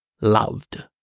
loved